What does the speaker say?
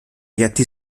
γιατί